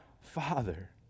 father